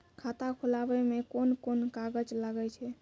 खाता खोलावै मे कोन कोन कागज लागै छै?